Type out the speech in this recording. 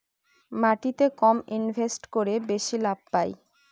মাটিতে কম ইনভেস্ট করে বেশি লাভ পাই